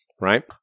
right